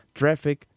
traffic